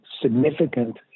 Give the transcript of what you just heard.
significant